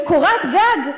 לקורת גג,